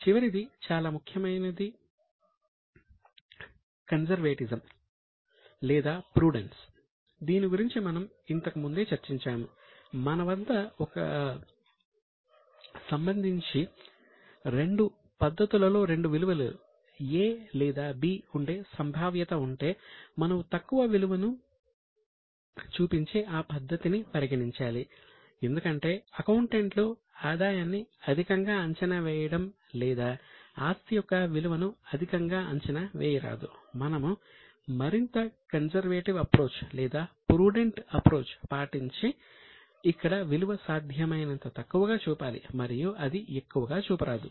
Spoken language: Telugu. చివరిది చాలా ముఖ్యమైనది కన్జర్వేటిజం పాటించి ఇక్కడ విలువ సాధ్యమైనంత తక్కువగా చూపాలి మరియు అది ఎక్కువ గా చూపరాదు